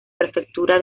prefectura